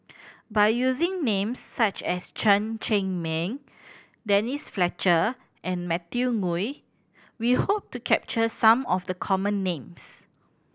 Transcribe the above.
by using names such as Chen Cheng Mei Denise Fletcher and Matthew Ngui we hope to capture some of the common names